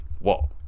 Whoa